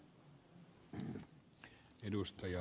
arvoisa puhemies